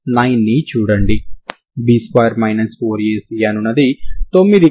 మీరు x ని 0 గా తీసుకుంటే f0 f 0 f అవుతుంది